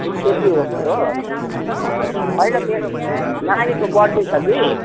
होइन मेरो नानीको बर्थ डे छ कि